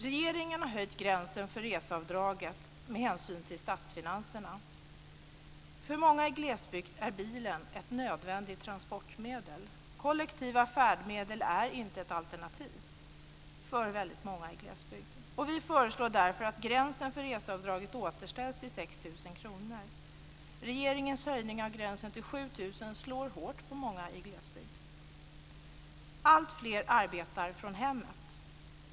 Regeringen har höjt gränsen för reseavdraget med hänsyn till statsfinanserna. För många i glesbygden är bilen ett nödvändigt transportmedel. Kollektiva färdmedel är inte ett alternativ för väldigt många i glesbygden. Vi föreslår därför att gränsen för reseavdraget återställs till 6 000 kr. Regeringens höjning av gränsen till 7 000 kr slår hårt mot många i glesbygden. Alltfler arbetar från hemmet.